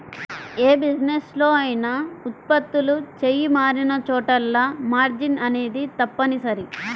యే బిజినెస్ లో అయినా ఉత్పత్తులు చెయ్యి మారినచోటల్లా మార్జిన్ అనేది తప్పనిసరి